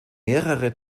mehrere